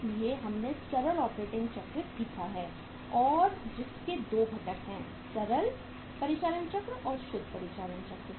इसलिए हमने सरल ऑपरेटिंग चक्र सीखा है और जिसके 2 घटक हैं सकल परिचालन चक्र और शुद्ध परिचालन चक्र